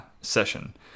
session